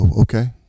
Okay